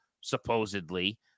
supposedly